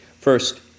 First